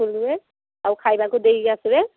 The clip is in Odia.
ଖୋଲିବେ ଆଉ ଖାଇବାକୁ ଦେଇକି ଆସିବେ